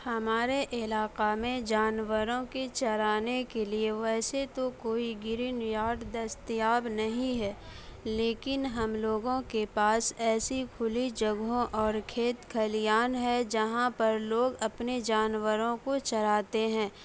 ہمارے علاقہ میں جانوروں کے چرانے کے لیے ویسے تو کوئی گرین یارڈ دستیاب نہیں ہے لیکن ہم لوگوں کے پاس ایسی کھلی جگہوں اور کھیت کھلیان ہے جہاں پر لوگ اپنے جانوروں کو چراتے ہیں